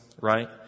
right